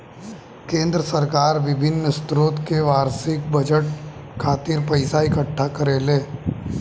केंद्र सरकार बिभिन्न स्रोत से बार्षिक बजट खातिर पइसा इकट्ठा करेले